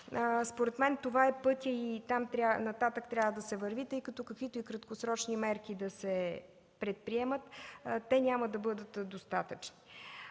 Според мен това е пътят и нататък трябва да се върви, защото каквито и краткосрочни мерки да се предприемат, те няма да бъдат достатъчни.